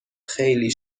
خیلی